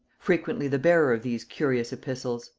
frequently the bearer of these curious epistles.